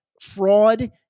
Fraud